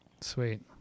Sweet